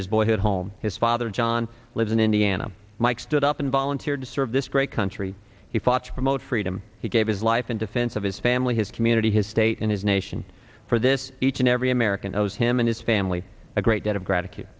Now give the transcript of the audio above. his boyhood home his father john lived in indiana mike stood up and volunteered to serve this great country he fought to promote freedom he gave his life in defense of his family his community his state and his nation for this each and every american knows him and his family a great de